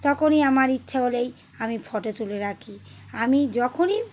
তখনই আমার ইচ্ছে হলো এই আমি ফটো তুলে রাখি আমি যখনই